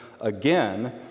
again